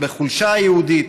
בחולשה היהודית,